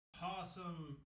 possum